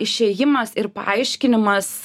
išėjimas ir paaiškinimas